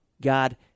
God